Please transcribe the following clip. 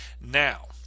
Now